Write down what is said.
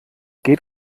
geht